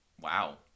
wow